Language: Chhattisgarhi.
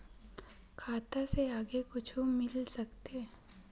खाता से आगे कुछु मिल सकथे?